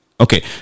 Okay